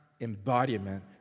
embodiment